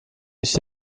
nicht